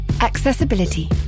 Accessibility